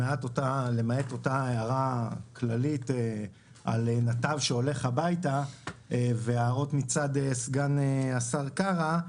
למעט אותה הערה כללית על נתב שהולך הביתה --- מצד סגן השר קארה,